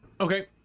Okay